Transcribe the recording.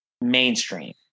mainstream